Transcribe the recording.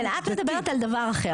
כן את מדברת על דבר אחר,